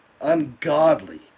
ungodly